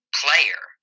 player